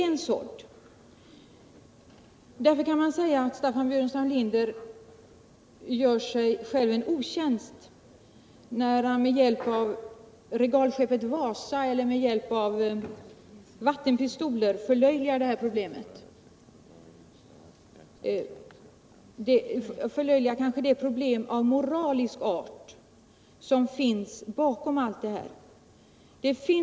Därför kan man säga att Staffan Burenstam Linder gör sig själv en otjänst när han med hjälp av regalskeppet Wasa eller vattenpistoler förlöjligar det problem av moralisk karaktär som finns bakom allt detta.